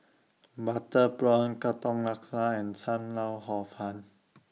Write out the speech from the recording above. Butter Prawn Katong Laksa and SAM Lau Hor Fun